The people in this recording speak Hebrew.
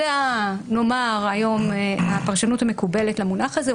זו היום הפרשנות המקובלת למונח הזה.